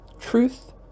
Truth